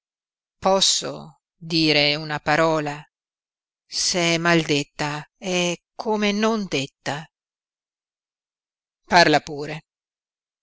posso dire una parola se è mal detta è come non detta parla pure